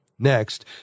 Next